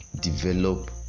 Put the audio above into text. develop